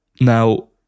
Now